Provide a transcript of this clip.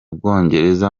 bwongereza